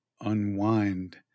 unwind